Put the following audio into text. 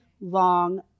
long